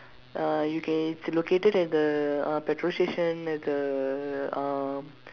uh you can it's located at the uh petrol station at the uh